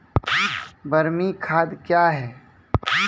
बरमी खाद कया हैं?